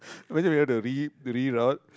imagine we have to re~ re route